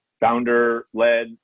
founder-led